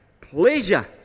pleasure